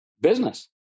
business